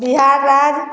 बिहार राज्य